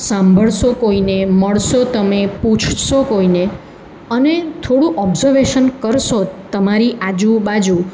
સાંભળશો કોઈને મળશો તમે પૂછશો કોઈને અને થોડું ઑબ્ઝર્વેશન કરશો તમારી આજુબાજુ